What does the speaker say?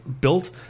built